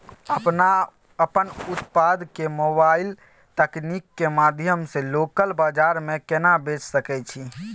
अपन उत्पाद के मोबाइल तकनीक के माध्यम से लोकल बाजार में केना बेच सकै छी?